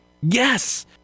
Yes